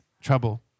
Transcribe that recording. trouble